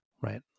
right